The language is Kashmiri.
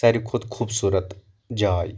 سارِوٕے کھۄتہٕ خوٗبصوٗرت جاے